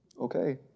okay